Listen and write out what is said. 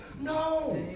No